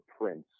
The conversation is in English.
Prince